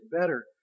better